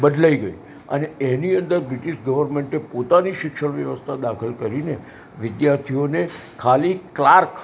બદલાઈ ગઈ અને એની અંદર બ્રિટિસ ગવર્મેન્ટે પોતાની શિક્ષણ વ્યવસ્થા દાખલ કરી ને વિદ્યાર્થીઓને ખાલી ક્લાર્ક